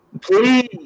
please